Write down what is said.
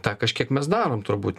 tą kažkiek mes darom turbūt